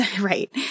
Right